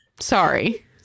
Sorry